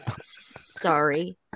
Sorry